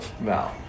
no